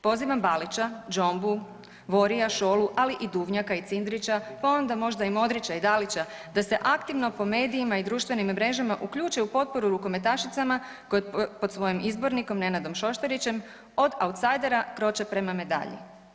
Pozivam Balića, Džombu, Vorija, Šolu, ali i Duvnjaka i Cindrića pa onda možda Modrića i Dalića da se aktivno po medijima i društvenim mrežama uključe u potporu rukometašicama koje pod svojim izbornikom Nenadom Šoštarićem od autsajdera kroče prema medalji.